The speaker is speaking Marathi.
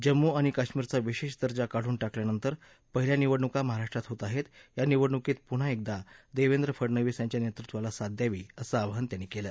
जम्मू आणि काश्मीरचा विशेष दर्जा काढून टाकल्यानंतर पहिल्या निवडणुका महाराष्ट्रात होत आहेत या निवडणुकीत पुन्हा एकदा देवेंद्र फडणवीस यांच्या नेतृत्वाला साथ द्यावी असं आवाहन त्यांनी केलं